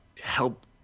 help